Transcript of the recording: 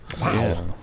Wow